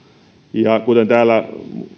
ja kuten täällä